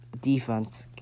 defense